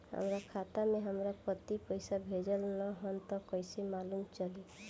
हमरा खाता में हमर पति पइसा भेजल न ह त कइसे मालूम चलि?